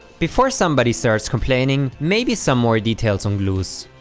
before somebody starts complaining maybe so more details on glues.